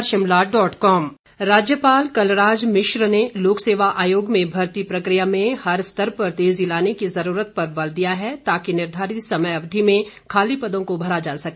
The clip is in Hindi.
राज्यपाल राज्यपाल कलराज मिश्र ने लोकसेवा आयोग में भर्ती प्रकिया में हर स्तर पर तेजी लाने की जरूरत पर बल दिया है ताकि निर्धारित समय अवधि में खाली पदों को भरा जा सके